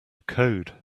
code